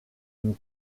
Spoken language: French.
une